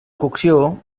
cocció